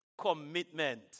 commitment